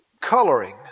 coloring